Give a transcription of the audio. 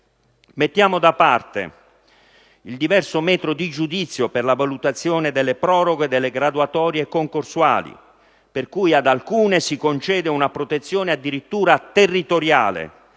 Mettiamo da parte il diverso metro di giudizio per la valutazione delle proroghe delle graduatorie concorsuali, per cui ad alcune si concede una protezione addirittura territoriale